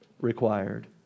required